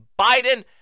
biden